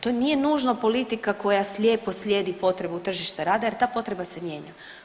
To nije nužno politika koja slijepo slijedi potrebu tržišta rada jer ta potreba se mijenja.